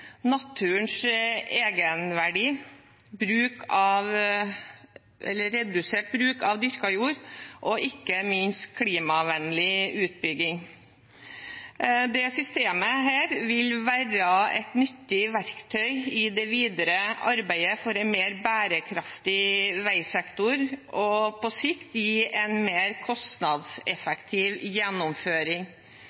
naturens egenverdi, redusert bruk av dyrka jord og ikke minst klimavennlig utbygging. Dette systemet vil være et nyttig verktøy i det videre arbeidet for en mer bærekraftig veisektor og på sikt gi en mer